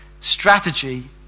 strategy